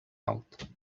out